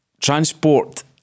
transport